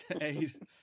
eight